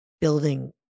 building